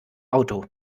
auto